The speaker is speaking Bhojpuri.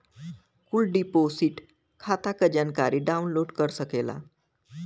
कुल डिपोसिट खाता क जानकारी डाउनलोड कर सकेला